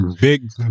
Big